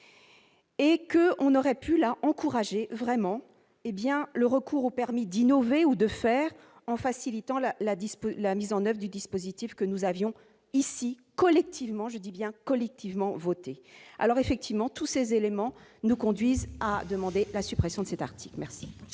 Et que, on aurait pu la encourager vraiment, hé bien le recours aux permis d'innover ou de faire en facilitant la la dispute la mise en 9 du dispositif que nous avions ici collectivement, je dis bien collectivement voté alors effectivement, tous ces éléments nous conduisent à demander la suppression de cet article, merci.